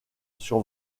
sur